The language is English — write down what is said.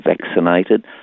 vaccinated